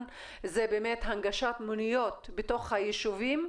זה באמת הנגשת מוניות בתוך היישובים,